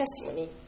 testimony